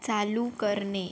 चालू करणे